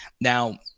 Now